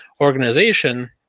organization